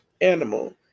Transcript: animal